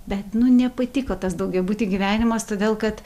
bet nu nepatiko tas daugiabuty gyvenimas todėl kad